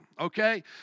okay